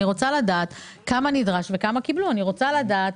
אני רוצה לדעת כמה נדרש וכמה קיבלו, אני רוצה לדעת